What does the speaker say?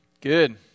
Good